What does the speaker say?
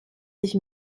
sich